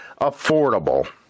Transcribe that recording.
affordable